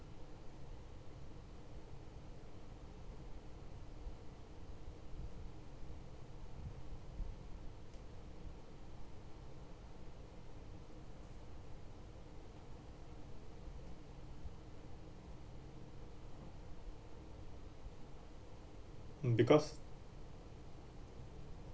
um because